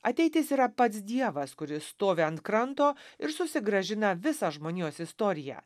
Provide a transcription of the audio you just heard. ateitis yra pats dievas kuris stovi ant kranto ir susigrąžina visą žmonijos istoriją